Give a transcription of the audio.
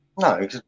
No